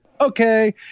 okay